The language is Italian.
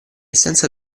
senza